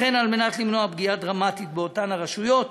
לכן, על מנת למנוע פגיעה דרמטית באותן הרשויות